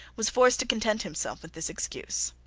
was forced to content himself with this excuse.